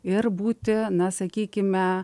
ir būti na sakykime